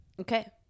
Okay